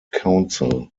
council